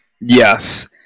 Yes